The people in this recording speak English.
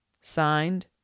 Signed